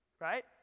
right